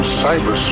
cyber